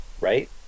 right